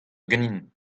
ganin